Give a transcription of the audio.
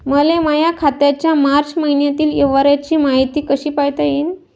मले माया खात्याच्या मार्च मईन्यातील व्यवहाराची मायती कशी पायता येईन?